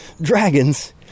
dragons